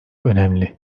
önemli